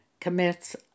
commits